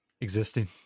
Existing